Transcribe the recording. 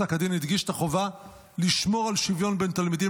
פסק הדין הדגיש את החובה לשמור על שוויון בין תלמידים,